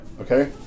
okay